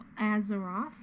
Azeroth